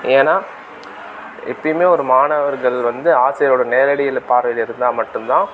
ஏன்னா எப்பையுமே ஒரு மாணவர்கள் வந்து ஆசிரியரோடய நேரடியில் பார்வையில் இருந்தால் மட்டுந்தான்